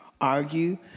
argue